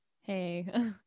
Hey